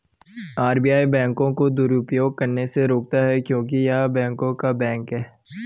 RBI बैंकों को दुरुपयोग करने से रोकता हैं क्योंकि य़ह बैंकों का बैंक हैं